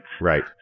Right